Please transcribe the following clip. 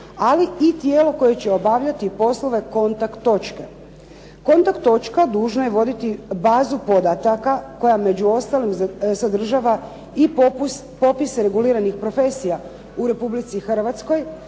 ali i tijelo koje će obavljati poslove kontakt točke. Kontakt točka dužna je voditi bazu podataka koja među ostalim sadržava i popise reguliranih profesija u Republici Hrvatskoj,